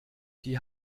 die